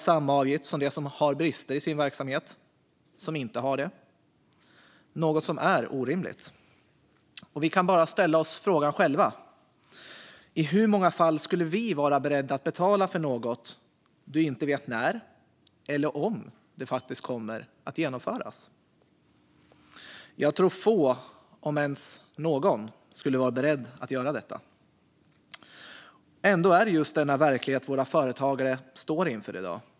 Samma avgift som de som har brister i sin verksamhet betalas även av den som inte har det, något som är orimligt. Vi kan bara ställa oss frågan själva: I hur många fall skulle vi vara beredda att betala för något som vi inte vet när eller om det faktiskt kommer att genomföras? Jag tror att få, om ens någon, skulle vara beredda att göra detta. Ändå är det just denna verklighet våra företagare står inför i dag.